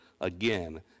again